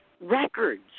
records